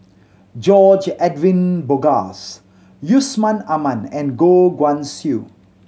George Edwin Bogaars Yusman Aman and Goh Guan Siew